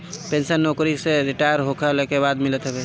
pension नोकरी से retire होखला के बाद मिलत हवे